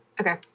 Okay